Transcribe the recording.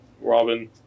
Robin